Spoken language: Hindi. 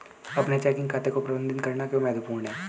अपने चेकिंग खाते को प्रबंधित करना क्यों महत्वपूर्ण है?